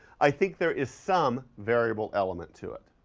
i think there is some variable element to it,